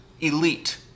elite